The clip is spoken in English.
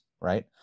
Right